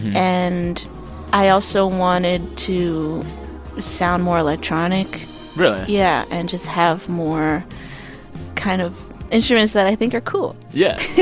and i also wanted to sound more electronic really? yeah, and just have more kind of instruments that i think are cool yeah yeah